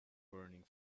burning